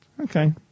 Okay